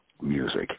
music